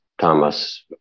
Thomas